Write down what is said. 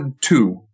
two